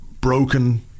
broken